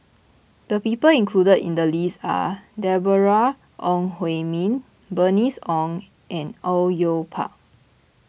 the people included in the list are Deborah Ong Hui Min Bernice Ong and Au Yue Pak